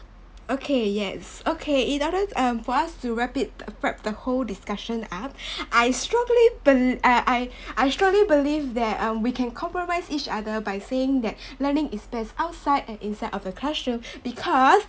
okay yes okay in order um for us to wrap it wrap the whole discussion up I strongly bel~ uh I I I strongly believe that um we can compromise each other by saying that learning is best outside and inside of the classroom because